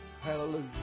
Hallelujah